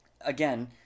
again